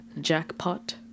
Jackpot